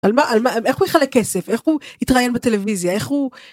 על מה על מה איך הולך לכסף איך הוא התראיין בטלוויזיה איך הוא.